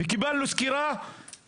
קיבלנו עדכונים